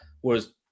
whereas